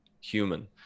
human